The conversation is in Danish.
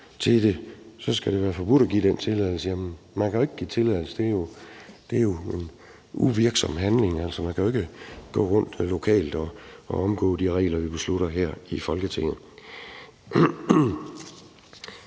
det skal være forbudt at give den tilladelse? Jamen, man kan jo ikke give tilladelse. Det er jo en uvirksom handling. Man kan jo ikke gå rundt lokalt og omgå de regler, vi beslutter her i Folketinget.